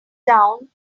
down